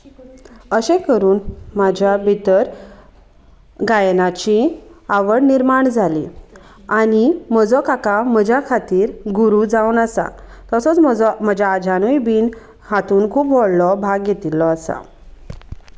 अशें करून म्हज्या भितर गायनाची आवड निर्माण जाली आनी म्हजो काका म्हज्या खातीर गुरू जावन आसा तसोच म्हजो म्हज्या आज्यानूय बीन हातूंत खूब व्हडलो भाग घेतिल्लो आसा